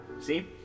see